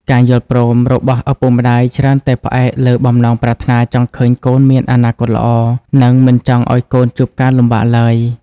ការយល់ព្រមរបស់ឪពុកម្ដាយច្រើនតែផ្អែកលើបំណងប្រាថ្នាចង់ឃើញកូនមានអនាគតល្អ និងមិនចង់ឱ្យកូនជួបការលំបាកឡើយ។